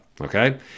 okay